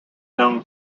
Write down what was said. known